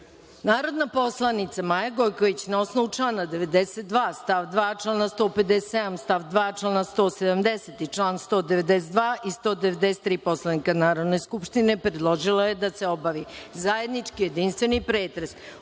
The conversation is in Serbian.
predlog. Narodna poslanica Maja Gojković, na osnovu člana 92. stav 2, člana 157. stav 2, člana 170. i član 192. i 193. Poslovnika Narodne skupštine predložila je da se obavi, zajednički jedinstveni pretres